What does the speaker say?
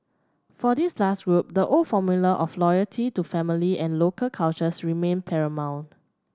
for this last group the old formula of loyalty to family and local cultures remained paramount